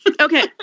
okay